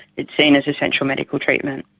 it's seen as essential medical treatment.